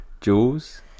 Jules